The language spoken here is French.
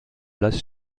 place